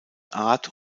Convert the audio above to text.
art